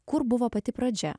kur buvo pati pradžia